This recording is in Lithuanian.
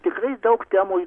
tikrai daug temų